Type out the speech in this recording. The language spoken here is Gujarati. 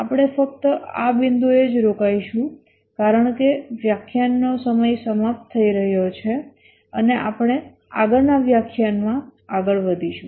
આપણે ફક્ત આ બિંદુએ જ રોકાઈશું કારણ કે વ્યાખ્યાનનો સમય સમાપ્ત થઈ રહ્યો છે અને આપણે આગળના વ્યાખ્યાનમાં આગળ વધારીશું